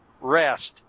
rest